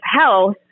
health